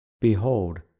Behold